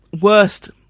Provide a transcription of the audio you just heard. worst